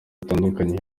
bitandukanye